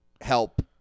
help